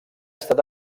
estat